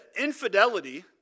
infidelity